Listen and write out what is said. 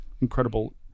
incredible